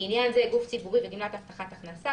לעניין זה גוף ציבורי וגמלת הבטחת הכנסה